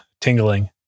Tingling